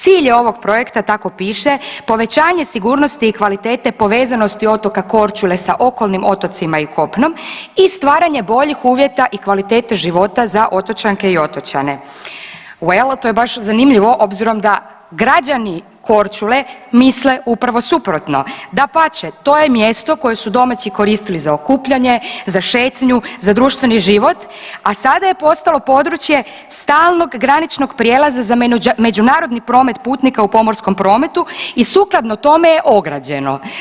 Cilj je ovog projekta tako piše, povećanje sigurnosti i kvalitete povezanosti otoka Korčule sa okolnim otocima i kopnom i stvaranje boljih uvjeta i kvalitete života za otočanke i otočane. … [[Govornica se ne razumije.]] to je baš zanimljivo obzirom da građani Korčule misle upravo suprotno, dapače to je mjesto koje su domaći koristili za okupljanje, za šetnju, za društveni život, a sada je postalo područje stalnog graničnog prijelaza za međunarodni promet putnika u pomorskom prometu i sukladno tome je ograđeno.